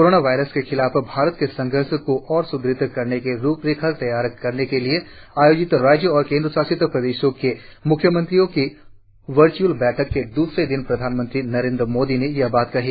corona virus के खिलाफ भारत के संघर्ष को और स्दृढ़ करने की रूपरेखा तैयार करने के लिए आयोजित राज्यों और केन्द्रशासित प्रदेशों के म्ख्यमंत्रियों की वर्च्अल बैठक के द्रसरे दिन प्रधानमंत्री नरेन्द्र मोदी ने यह बात कही